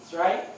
right